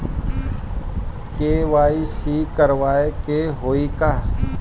KYC करावे के होई का?